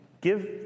Give